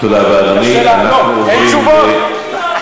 קיוויתי שתהיה אמירה יותר משמעותית,